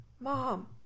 Mom